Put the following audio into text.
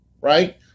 Right